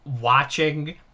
watching